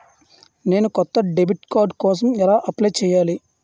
నేను కొత్త debit card కోసం ఎలా అప్లయ్ చేయాలి?